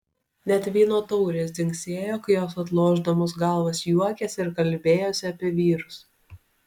net vyno taurės dzingsėjo kai jos atlošdamos galvas juokėsi ir kalbėjosi apie vyrus